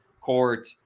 court